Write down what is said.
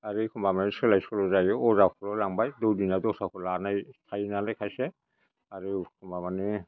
आरो एखमबा माने सोलाय सल' जायो अजाखौल' लांबाय दौदिनिया दस्राखौ लानाय थायोनालाय खायसे आरो माबानि